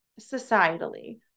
societally